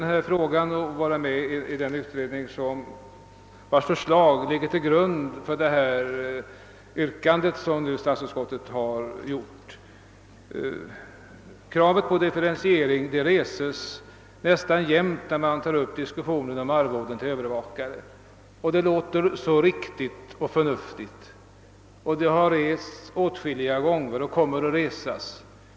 Jag har själv suttit med i den utredning vars förslag ligger till grund för det yrkande som statsutskottet nu har framlagt, och jag vet att kravet på differentiering reses nästan alltid när arvodena till övervakare diskuteras. Det låter så riktigt och förnuftigt med detta krav på differentiering, som alltså har rests åtskilliga gånger och som säkert kommer att resas i fortsättningen.